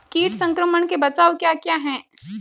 कीट संक्रमण के बचाव क्या क्या हैं?